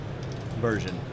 version